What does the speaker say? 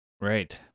right